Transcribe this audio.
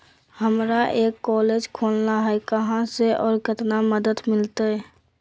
हमरा एक कॉलेज खोलना है, कहा से और कितना मदद मिलतैय?